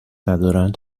ندارند